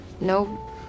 no